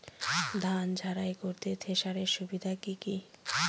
ধান ঝারাই করতে থেসারের সুবিধা কি কি?